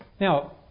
Now